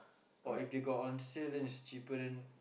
or if they got on sale then it's cheaper then